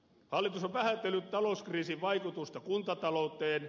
hallitus on vähätellyt talouskriisin vaikutusta kuntatalouteen